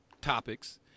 topics